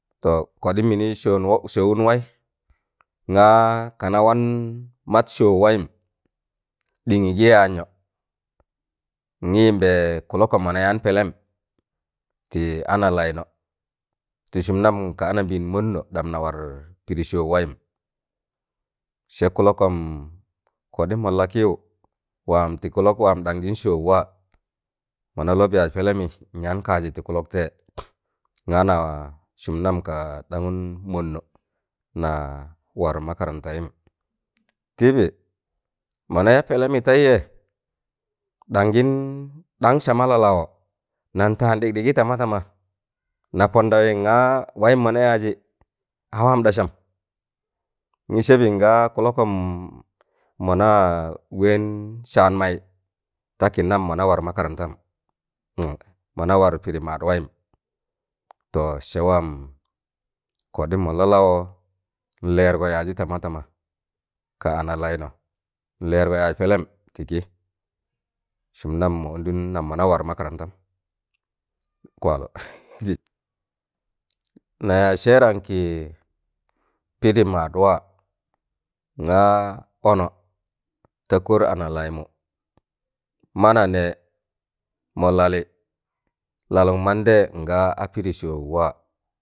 To koɗịm mịnị sooụ sọowụn wai ngaa kana wan mad sooụ waịm ɗịnyị gị yazno ngị yịmbẹ kụlokom mona yaan pẹlẹm tị ana laịno tịsụm nam ka anambẹẹn monno ɗam na wẹar pịdị sooụ waịm sẹ kụlokom koɗịm mon lakịwụ waam tị kụlokom wam ɗanjị sooụ waa mona lob yaaz pẹlẹmị nyaan kaazị tị kụlok tẹiỵẹ nganaa sụm nam ka ɗangụn monno naa war makarantayim tịbị mona ya pẹlẹmị tẹịjẹ ɗanjịn ɗan sama la- lawo nan taan ɗịgɗịgị tamatama na pondawị ngaa waịịm mona yaajị a waam ɗasam ngị sẹbị nga kụlokom mona wẹẹn saan maị ta kị nam mona war makarantam mona war pịdị maad waịm to sẹ wam koɗịm mon la lawo nlẹẹrgo yaajị tama tama ka ana Laịno nlẹẹrgo yaaz pẹlẹm tị kịị sụm nam mo ondụn nam mona war makarantam ko na yaaz sẹẹran ki ̣pịdị maad waa ngaa ono ta kor ana laịmụ mananẹ maa Lalị Lalụk mandẹyẹ nga a pịdị sooụ waa